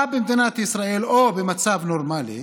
במדינת ישראל, במצב נורמלי,